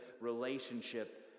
relationship